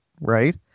Right